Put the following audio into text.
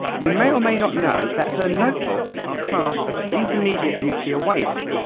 you may or may not know that her notebooks are classed as intermediate nuclear waste,